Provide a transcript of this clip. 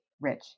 rich